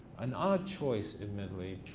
an odd choice, admittedly,